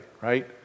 right